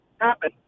happen